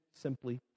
simply